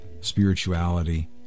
spirituality